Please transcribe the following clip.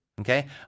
okay